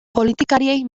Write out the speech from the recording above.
politikariei